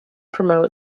promote